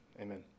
Amen